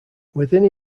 within